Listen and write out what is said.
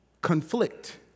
conflict